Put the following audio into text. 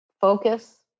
Focus